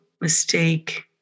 mistake